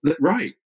Right